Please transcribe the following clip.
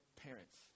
parents